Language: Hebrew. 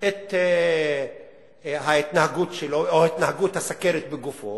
את ההתנהגות שלו, או את התנהגות הסוכרת בגופו,